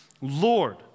Lord